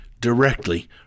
directly